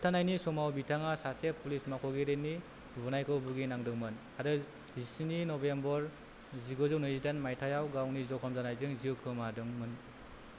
होबथानायनि समाव बिथाङा सासे पुलिस मावख'गिरिनि बुनायखौ भुगि नांदोंमोन आरो जिस्नि नभेम्बर जिगुजौ नैजिदाइन मायथाइयाव गावनि जखम जानायजों जिउ खोमादोंमोन